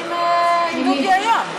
דיברתי עם דודי היום.